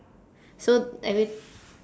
so every